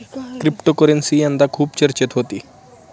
cryptocurrency यंदा खूप चर्चेत होती